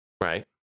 Right